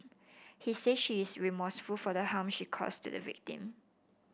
he say she is remorseful for the harm she caused to the victim